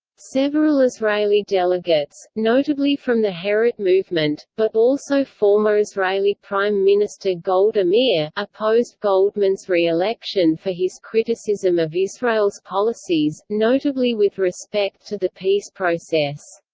several israeli delegates, notably from the herut movement, but also former israeli prime minister golda meir, opposed goldmann's re-election for his criticism of israel's policies, notably with respect to the peace process.